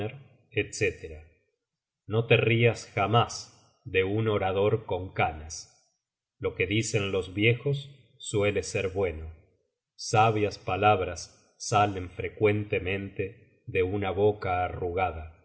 etc no te rias jamás de un orador con canas lo que dicen los viejos suele ser bueno sabias palabras salen frecuentemente de una boca arrugada